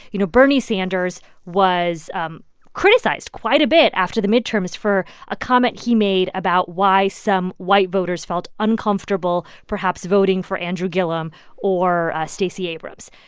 you know, bernie sanders was um criticized quite a bit after the midterms for a comment he made about why some white voters felt uncomfortable perhaps voting for andrew gillum or stacey abrams.